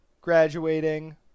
graduating